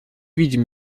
видим